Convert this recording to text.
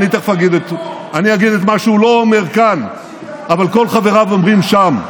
אני אגיד את מה שהוא לא אומר כאן אבל כל חבריו אומרים שם.